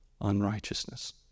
unrighteousness